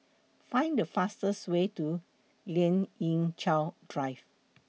Find The fastest Way to Lien Ying Chow Drive